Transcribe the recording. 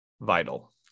vital